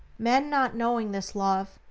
men, not knowing this love,